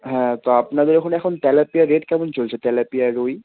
হ্যাঁ তো আপনাদের ওখানে এখন তেলাপিয়া রেট কেমন চলছে তেলাপিয়া রুই